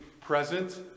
present